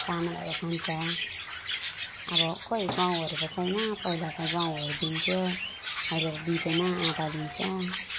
चामलहरू खान्छ अब खोइ गहुँहरू त छैन पहिला त गहुँहरू त दिन्थ्यो अहिले त दिँदैन आँटा दिन्छ